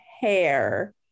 hair